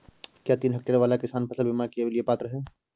क्या तीन हेक्टेयर वाला किसान फसल बीमा के लिए पात्र हैं?